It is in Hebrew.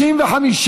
התשע"ח 2018, נתקבל.